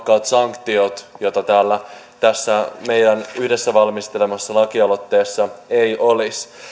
siellä oli voimakkaat sanktiot joita tässä meidän yhdessä valmistelemassamme lakialoitteessa ei olisi